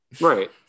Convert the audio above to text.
Right